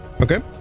Okay